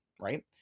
right